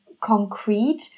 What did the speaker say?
concrete